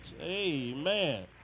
Amen